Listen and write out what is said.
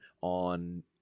on